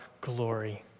glory